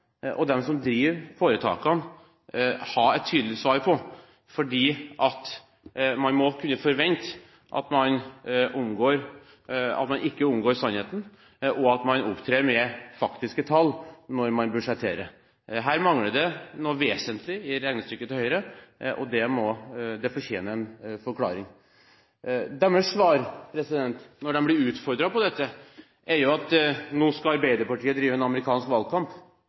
og de som driver foretakene, ha et tydelig svar på, for man må kunne forvente at man ikke omgår sannheten, og at man opptrer med faktiske tall når man budsjetterer. Her mangler det noe vesentlig i regnestykket til Høyre, og det fortjener en forklaring. Deres svar når de blir utfordret på dette, er at nå skal Arbeiderpartiet drive en amerikansk valgkamp,